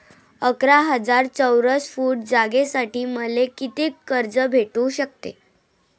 अकरा हजार चौरस फुट जागेसाठी मले कितीक कर्ज भेटू शकते?